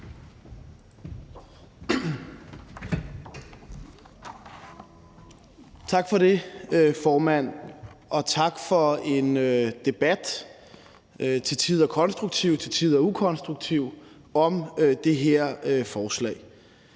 Tak for det, formand, og tak for en debat, til